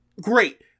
great